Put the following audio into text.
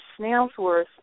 Snailsworth